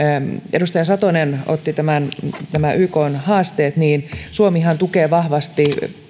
edustaja satonen otti nämä ykn haasteet niin suomihan tukee vahvasti